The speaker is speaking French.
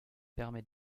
permet